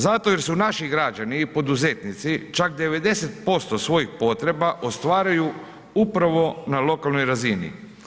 Zato jer su naši građani i poduzetnici čak 90% svojih potreba ostvaruju upravo na lokalnoj razini.